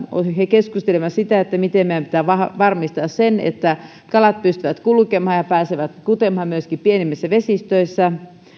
keskustelimme siitä miten meidän pitää varmistaa se että kalat pystyvät kulkemaan ja pääsevät kutemaan myöskin pienemmissä vesistöissä